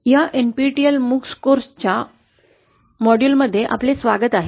या NPTEL MOOCs course च्या दुसर्या मॉड्यूलमध्ये आपले स्वागत आहे